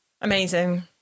Amazing